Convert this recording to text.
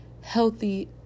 Healthy